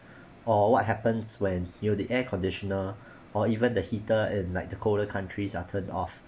or what happens when you the air conditioner or even the heater at night the colder countries are turn off